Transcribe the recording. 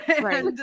Right